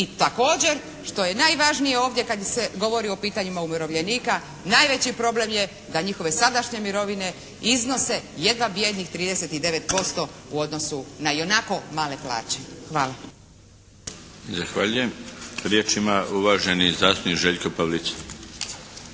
i također što je najvažnije ovdje kad se govori o pitanjima umirovljenika, najveći problem je da njihove sadašnje mirovine iznose jedva bijednih 39% u odnosu na ionako male plaće. Hvala. **Milinović, Darko (HDZ)** Zahvaljujem. Riječ ima uvaženi zastupnik Željko Pavlic.